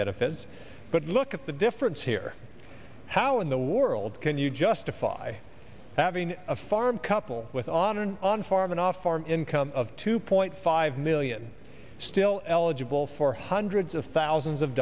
benefits but look at the difference here how in the world can you justify having a farm couple with on an on farm and off farm income of two point five million still eligible for hundreds of thousands of